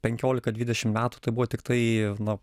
penkiolika dvidešimt metų tai buvo tiktai na